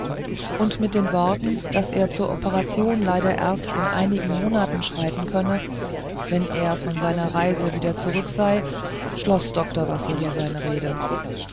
und mit den worten daß er zur operation leider erst in einigen monaten schreiten könne wenn er von seiner reise wieder zurück sei schloß dr wassory seine rede